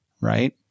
right